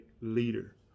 leader